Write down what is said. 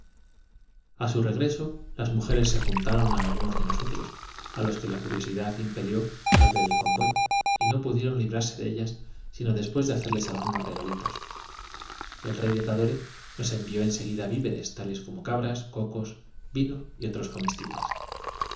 a su regreso las mujeres se juntaron a algunos de nosotros a los que la curiosidad impelió a ver el convoy y no pudieron librarse de ellas sino después de hacerles algunos regalitos el rey de tadore nos envió en seguida víveres tales como cabras cocos vino y otros